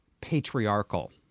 patriarchal